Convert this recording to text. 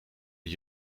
het